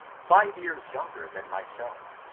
five years younger than myself,